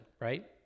right